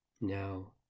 Now